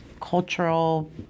cultural